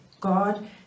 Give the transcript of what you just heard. God